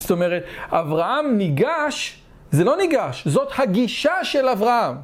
זאת אומרת, אברהם ניגש, זה לא ניגש, זאת הגישה של אברהם.